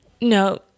no